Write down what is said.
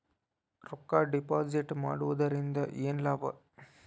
ರೊಕ್ಕ ಡಿಪಾಸಿಟ್ ಮಾಡುವುದರಿಂದ ಏನ್ ಲಾಭ?